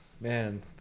Man